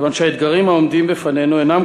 כיוון שהאתגרים העומדים בפנינו אינם